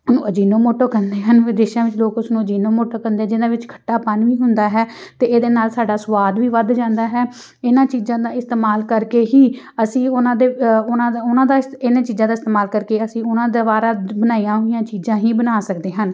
ਉਹਨੂੰ ਅਜੀਨੋਮੋਟੋ ਕਹਿੰਦੇ ਹਨ ਵਿਦੇਸ਼ਾਂ ਵਿੱਚ ਲੋਕ ਉਸਨੂੰ ਅਜੀਨੋਮੋਟੋ ਕਹਿੰਦੇ ਜਿਨ੍ਹਾਂ ਵਿੱਚ ਖੱਟਾਪਨ ਵੀ ਹੁੰਦਾ ਹੈ ਅਤੇ ਇਹਦੇ ਨਾਲ ਸਾਡਾ ਸਵਾਦ ਵੀ ਵੱਧ ਜਾਂਦਾ ਹੈ ਇਹਨਾਂ ਚੀਜ਼ਾਂ ਦਾ ਇਸਤੇਮਾਲ ਕਰਕੇ ਹੀ ਅਸੀਂ ਉਹਨਾਂ ਦੇ ਉਹਨਾਂ ਦਾ ਉਹਨਾਂ ਦਾ ਇਹਨਾਂ ਚੀਜ਼ਾਂ ਦਾ ਇਸਤੇਮਾਲ ਕਰਕੇ ਅਸੀਂ ਉਹਨਾਂ ਦਵਾਰਾ ਬਣਾਈਆਂ ਹੋਈਆਂ ਚੀਜ਼ਾਂ ਹੀ ਬਣਾ ਸਕਦੇ ਹਨ